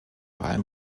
wahlen